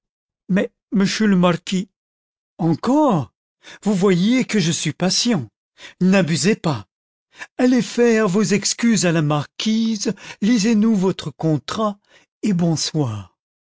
book search generated at encore vous voyez que je suis patient n'abusez pas allez faire vos excuses à la mar quise lisez nous votre contrat et bonsoir